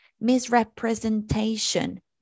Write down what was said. misrepresentation